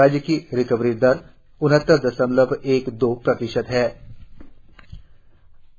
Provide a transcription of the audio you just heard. राज्य की रिकोवरी दर उनहत्तर दशमलव एक दो प्रतिशत हो गयी है